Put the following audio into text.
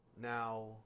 Now